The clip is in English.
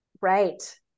Right